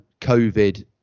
COVID